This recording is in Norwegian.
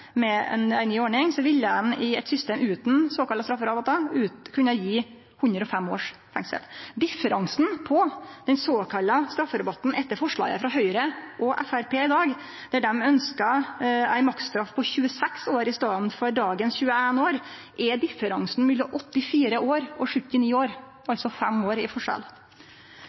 ville ein i eit system utan såkalla strafferabattar kunne gje 105 års fengsel. Differansen til den såkalla strafferabatten etter forslaget frå Høgre og Framstegspartiet i dag, der dei ønskjer ei maksstraff på 26 år i staden for dagens 21 år, er 84 år –79 år, altså fem år i forskjell.